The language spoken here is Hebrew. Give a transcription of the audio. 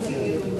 מוחמד